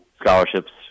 scholarships